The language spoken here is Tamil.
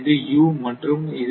இது u மற்றும் இது